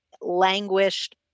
languished